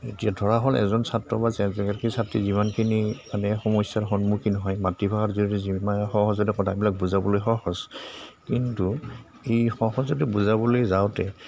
এতিয়া ধৰা হ'ল এজন ছাত্ৰ বা এগৰাকীৰ ছাত্ৰী যিমানখিনি মানে সমস্যাৰ সন্মুখীন হয় মাতৃভাষাৰ জৰিয়তে যি মানে সহজতে কথাবিলাক বুজাবলৈ সহজ কিন্তু এই সহজতে বুজাবলৈ যাওঁতে